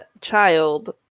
child